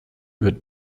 wird